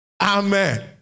Amen